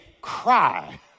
cry